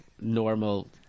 normal